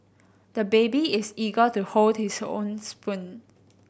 the baby is eager to hold his own spoon